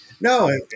no